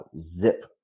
zip